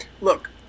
Look